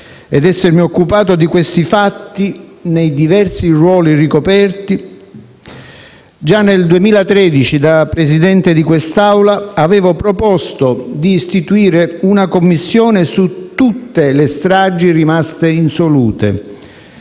per essermi occupato di questi fatti nei diversi ruoli ricoperti, già nel 2013, da Presidente di questa Assemblea, avevo proposto di istituire una Commissione su tutte le stragi rimaste insolute,